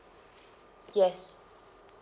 yes